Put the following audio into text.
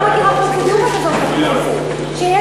אני לא מכירה פרוצדורה כזאת בכנסת שיש